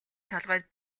толгойд